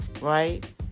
right